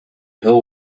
hill